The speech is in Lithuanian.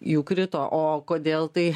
jų krito o kodėl tai